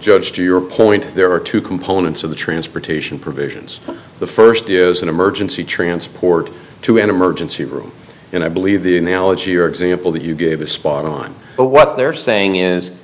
judge to your point there are two components of the transportation provisions the first is an emergency transport to an emergency room and i believe the analogy or example that you gave a spot on but what they're saying is